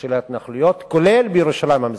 של ההתנחלויות, כולל בירושלים המזרחית.